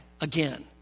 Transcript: again